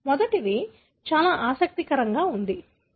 మొదటిది చాలా ఆసక్తికరంగా ఉంది